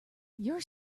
your